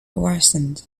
worsened